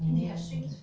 mm